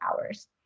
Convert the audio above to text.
hours